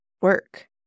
work